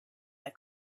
that